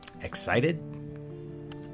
Excited